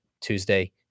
Tuesday